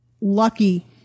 lucky